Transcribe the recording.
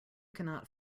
cannot